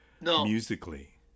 musically